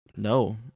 No